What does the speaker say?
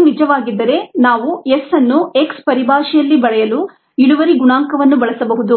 ಅದು ನಿಜವಾಗಿದ್ದರೆ ನಾವು s ಅನ್ನು x ಪರಿಭಾಷೆಯಲ್ಲಿ ಬರೆಯಲು ಇಳುವರಿ ಗುಣಾಂಕವನ್ನು ಬಳಸಬಹುದು